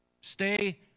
Stay